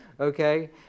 okay